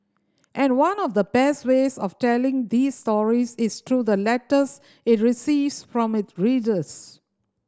and one of the best ways of telling these stories is through the letters it receives from it readers